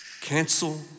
Cancel